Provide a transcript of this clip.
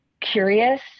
curious